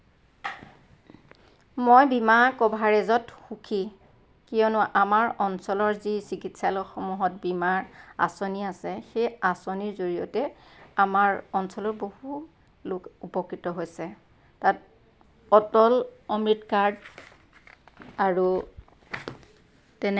মই বীমা কভাৰেজত সুখী কিয়নো আমাৰ অঞ্চলৰ যি চিকিৎসালয়সমূহত বীমাৰ আচনি আছে সেই আচনিৰ জড়িয়তে আমাৰ অঞ্চলৰ বহু লোক উপকৃত হৈছে তাত অটল অমৃত কাৰ্ড আৰু